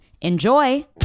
Enjoy